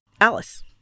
Alice